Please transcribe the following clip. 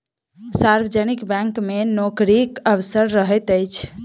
सार्वजनिक बैंक मे नोकरीक अवसर रहैत अछि